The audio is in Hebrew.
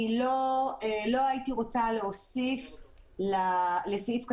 אני לא הייתי רוצה להוסיף לסעיף (ג)